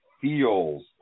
feels